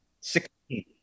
Sixteen